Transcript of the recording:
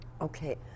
Okay